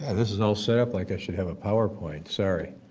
and this is all set up like i should have a power point, sorry.